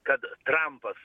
kad trampas